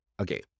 Okay